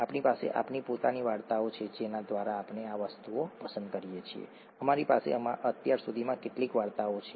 આપણી પાસે આપણી પોતાની વાર્તાઓ છે જેના દ્વારા આપણે આ વસ્તુઓ પસંદ કરીએ છીએ અમારી પાસે અત્યાર સુધીમાં કેટલીક વાર્તાઓ છે